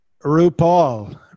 RuPaul